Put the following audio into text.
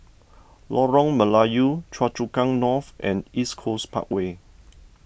Lorong Melayu Choa Chu Kang North and East Coast Parkway